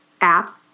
app